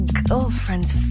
girlfriend's